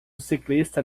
ciclista